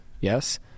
Yes